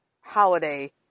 holiday